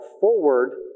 forward